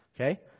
Okay